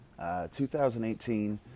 2018